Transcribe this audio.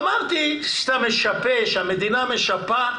ואמרתי שכאשר המדינה משפה,